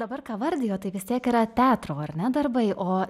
dabar ką vardijot tai vis tiek yra teatro ar ne darbai o